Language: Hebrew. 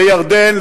לירדן,